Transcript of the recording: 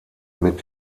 mit